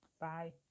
Bye